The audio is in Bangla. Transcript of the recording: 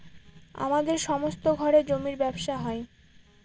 আমাদের সমস্ত ঘরে জমির ব্যবসা হয়